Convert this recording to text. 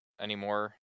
anymore